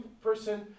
person